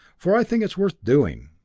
for i think it's worth doing.